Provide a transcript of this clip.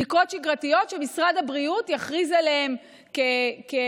בדיקות שגרתיות שמשרד הבריאות יכריז עליהן כמומלצות.